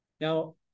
Now